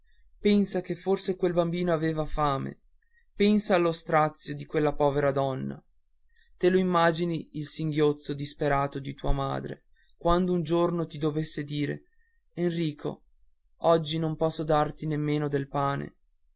pensa che forse quel bambino aveva fame pensa allo strazio di quella povera donna te lo immagini il singhiozzo disperato di tua madre quando un giorno ti dovesse dire enrico oggi non posso darti nemmen del pane